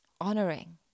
honoring